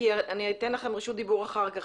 כי אני אתן לכם רשות דיבור אחר כך.